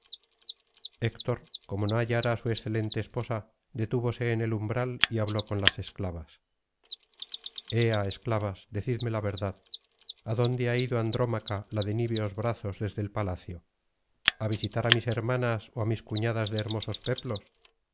héctor como no hallara á su excelente esposa detúvose en el umbral y habló con las esclavas ea esclavas decidme la verdad adonde ha do andrómaca la de niveos brazos desde el palacio a visitar á mis hermanas ó á mis cuñadas de hermosos peplos